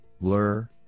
blur